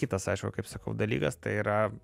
kitas aišku kaip sakau dalykas tai yra